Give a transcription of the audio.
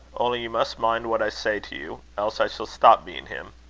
only you must mind what i say to you else i shall stop being him.